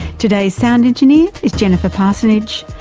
today's sound engineer is jennifer parsonage.